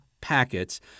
packets